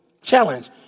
challenge